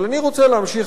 אבל אני רוצה להמשיך,